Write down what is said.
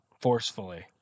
forcefully